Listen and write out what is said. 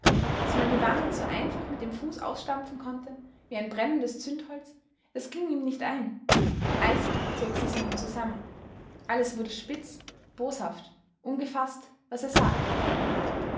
daß man die wahrheit so einfach mit dem fuß ausstampfen konnte wie ein brennendes zündholz das ging ihm nicht ein eisig zogs sich in ihm zusammen alles wurde spitz boshaft ungefaßt was er sagte